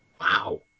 wow